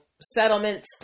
settlement